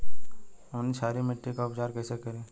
हमनी क्षारीय मिट्टी क उपचार कइसे करी?